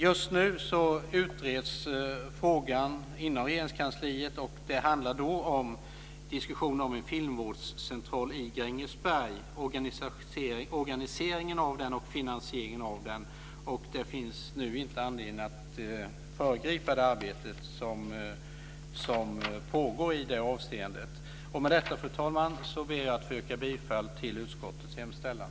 Just nu utreds frågan inom Regeringskansliet, och det handlar då om en diskussion om hur en filmvårdscentral i Grängesberg ska kunna organiseras och finansieras. Det finns nu inte anledning att föregripa det arbete som pågår i detta avseende. Med detta, fru talman, ber jag att få yrka bifall till utskottets hemställan.